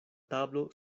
tablo